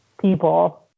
people